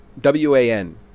W-A-N